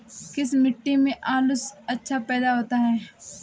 किस मिट्टी में आलू अच्छा पैदा होता है?